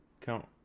Count